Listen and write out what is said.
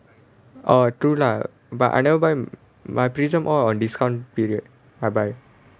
orh true lah but I never buy my Prism all on discount period I buy